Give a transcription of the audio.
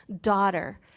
daughter